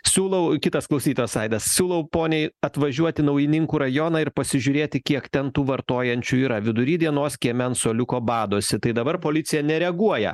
siūlau kitas klausytojas aidas siūlau poniai atvažiuot į naujininkų rajoną ir pasižiūrėti kiek ten tų vartojančių yra vidury dienos kieme ant suoliuko badosi tai dabar policija nereaguoja